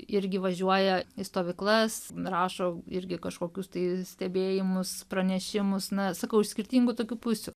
irgi važiuoja į stovyklas rašo irgi kažkokius tai stebėjimus pranešimus na sakau iš skirtingų tokių pusių